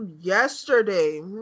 yesterday